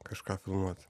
kažką filmuot